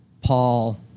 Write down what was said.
Paul